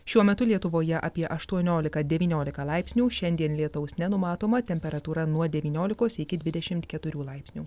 šiuo metu lietuvoje apie aštuoniolika devyniolika laipsnių šiandien lietaus nenumatoma temperatūra nuo devyniolikos iki dvidešimt keturių laipsnių